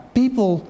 people